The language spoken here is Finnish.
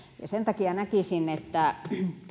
sen takia näkisin että